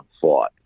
fought